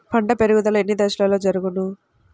పంట పెరుగుదల ఎన్ని దశలలో జరుగును?